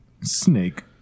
snake